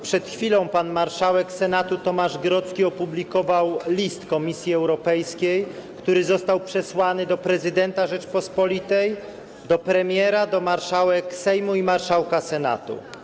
Przed chwilą pan marszałek Senatu Tomasz Grodzki opublikował list Komisji Europejskiej, który został przesłany do prezydenta Rzeczypospolitej, do premiera, do marszałek Sejmu i marszałka Senatu.